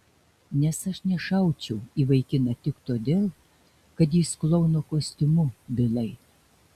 nes aš nešaučiau į vaikiną tik todėl kad jis klouno kostiumu bilai